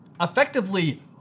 effectively